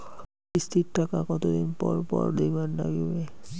কিস্তির টাকা কতোদিন পর পর দিবার নাগিবে?